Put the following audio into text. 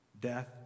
death